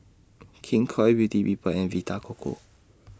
King Koil Beauty People and Vita Coco